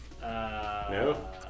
No